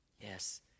Yes